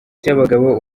cy’abagabo